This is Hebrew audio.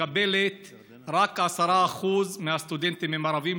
רק 10% מהסטודנטים ערבים,